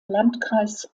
landkreis